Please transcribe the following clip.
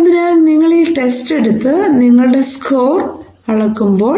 അതിനാൽ നിങ്ങൾ ഈ ടെസ്റ്റ് എടുത്ത് നിങ്ങളുടെ സ്കോർ അളക്കുമ്പോൾ